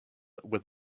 with